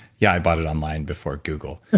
yeah i bought it online before google.